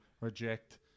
reject